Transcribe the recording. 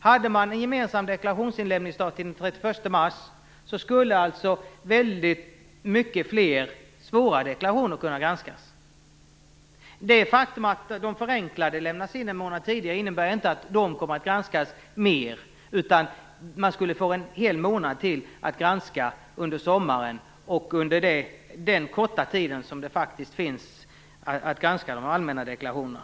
Hade man en gemensam inlämningsdag den 31 mars skulle många fler svåra deklarationer kunna granskas. Det faktum att de förenklade lämnas in en månad tidigare innebär inte att dessa granskas mer, utan man skulle få en hel månad till att granska under sommaren och under den korta tid man har att granska de allmänna deklarationerna.